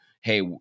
hey